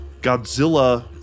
Godzilla